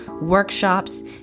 workshops